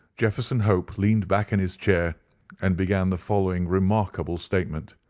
jefferson hope leaned back in his chair and began the following remarkable statement.